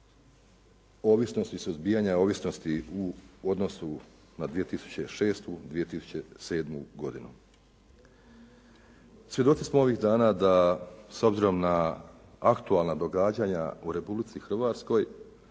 ovisnosti, suzbijanja ovisnosti u odnosu na 2006., 2007. godinu. Svjedoci smo ovih dana da s obzirom na aktualna događanja u Republici Hrvatskoj,